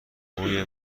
موی